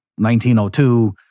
1902